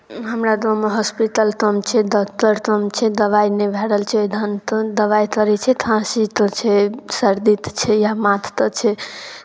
हमरा गाँवमे हॉस्पिटल तम छै डॉक्टर तम छै दवाइ नहि भए रहल छै डाक्टर दवाइ करै छै खाँसीते छै सर्दीते छै या माथते छै